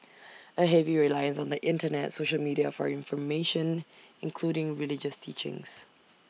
A heavy reliance on the Internet social media for information including religious teachings